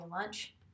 lunch